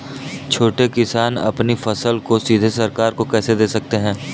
छोटे किसान अपनी फसल को सीधे सरकार को कैसे दे सकते हैं?